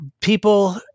people